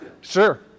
Sure